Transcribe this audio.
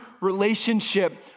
relationship